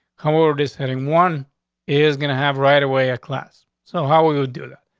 how old is heading? one is gonna have right away a class so how we would do that?